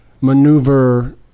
maneuver